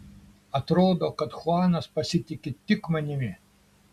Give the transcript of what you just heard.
atrodo kad chuanas pasitiki tik manimi